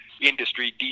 industry